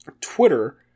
Twitter